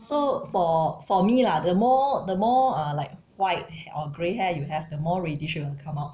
so for for me lah the more the more uh like white or grey hair you have the more reddish it will come out